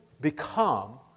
become